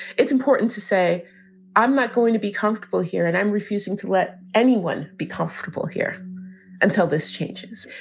it's important to say i'm not going to be comfortable here and i'm refusing to let anyone be comfortable here until this changes.